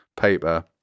paper